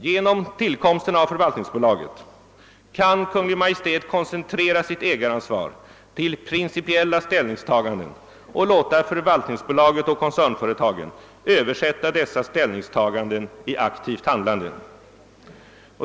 Genom tillkomsten av förvaltningsbolaget kan Kungl. Maj:t koncentrera sitt ägaransvar till principiella ställningstaganden och låta förvaltningsbolaget och koncernföretagen översätta dessa ställningstaganden i aktivt handlande.